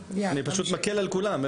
אני פשוט מקל על כולם.